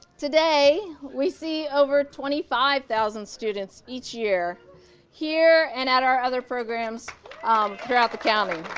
today, we see over twenty five thousand students each year here and at our other programs throughout the county.